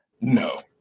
No